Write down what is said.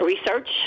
research